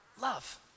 love